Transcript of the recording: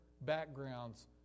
backgrounds